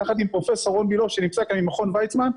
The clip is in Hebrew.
ביחד עם פרופ' רון מילוא שנמצא כאן ממכון ויצמן.